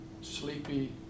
sleepy